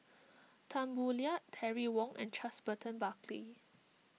Tan Boo Liat Terry Wong and Charles Burton Buckley